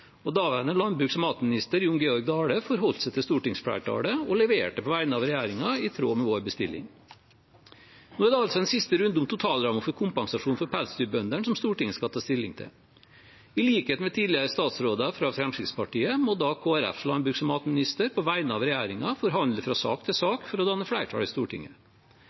og daværende landbruks- og matminister, Jon Georg Dale, forholdt seg til stortingsflertallet og leverte på vegne av regjeringen i tråd med vår bestilling. Nå er det altså en siste runde om totalrammen for kompensasjon til pelsdyrbøndene Stortinget skal ta stilling til. I likhet med tidligere statsråder fra Fremskrittspartiet må da Kristelig Folkepartis landbruks- og matminister på vegne av regjeringen forhandle fra sak til sak for å danne flertall i Stortinget.